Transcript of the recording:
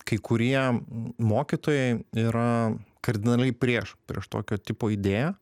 kai kurie mokytojai yra kardinaliai prieš prieš tokio tipo idėją